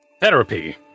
Therapy